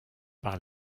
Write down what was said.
par